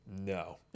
no